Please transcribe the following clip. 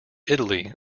italy